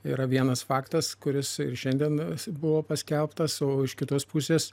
yra vienas faktas kuris ir šiandien buvo paskelbtas o iš kitos pusės